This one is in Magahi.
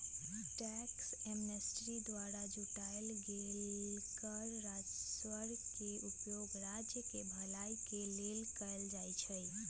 टैक्स एमनेस्टी द्वारा जुटाएल गेल कर राजस्व के उपयोग राज्य केँ भलाई के लेल कएल जाइ छइ